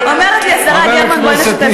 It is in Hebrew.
אומרת לי השרה גרמן: בואי נשתף פעולה.